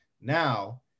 Now